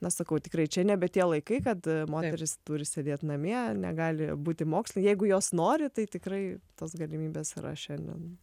na sakau tikrai čia nebe tie laikai kad moteris turi sėdėt namie negali būti moksle jeigu jos nori tai tikrai tos galimybės yra šiandien